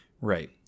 Right